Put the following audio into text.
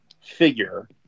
figure